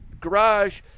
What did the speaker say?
garage